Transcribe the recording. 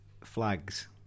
flags